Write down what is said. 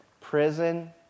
prison